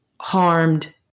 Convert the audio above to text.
harmed